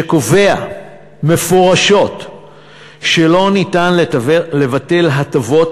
שקובע מפורשות שלא ניתן לבטל הטבות